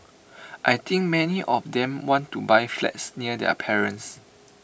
I think many of them want to buy flats near their parents